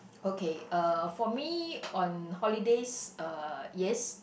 okay uh for me on holidays uh yes